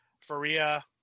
Faria